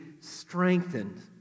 strengthened